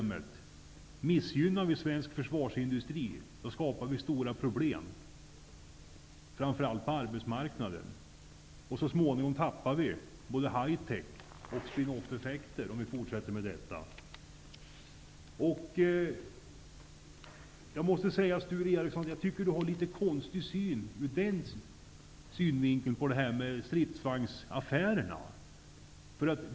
Missgynnar vi svensk försvarsindustri, skapar vi stora problem framför allt på arbetsmarknaden. Så småningom tappar vi både hitech och spin-off-effekter. Jag tycker att Sture Ericson har en litet konstig syn på stridsvagnsaffären.